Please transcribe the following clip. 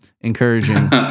encouraging